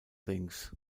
things